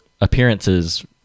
appearances